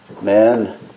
man